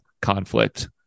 conflict